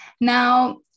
now